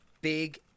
big